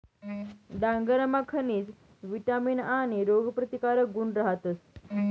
डांगरमा खनिज, विटामीन आणि रोगप्रतिकारक गुण रहातस